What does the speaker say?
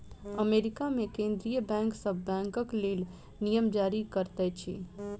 America मे केंद्रीय bank सभ बैंकक लेल नियम जारी करैत अछि